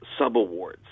subawards